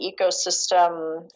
ecosystem